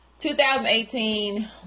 2018